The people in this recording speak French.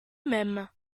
mêmes